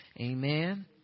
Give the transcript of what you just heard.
Amen